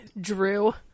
Drew